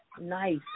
Nice